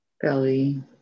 belly